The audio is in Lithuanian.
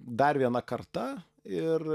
dar viena karta ir